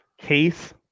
case